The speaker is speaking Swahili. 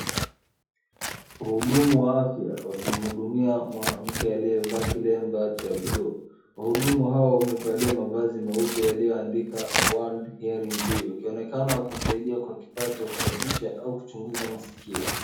Wahudumu wa afya wakimhudumia mwanamke aliyevaa kilemba cha bluu. Wahudumu hao wamevalia mavazi meupe yaliyoandikwa world caring day wakionekana kumsaidia kwa kifaa cha kusaisha au kuchunguza maskio.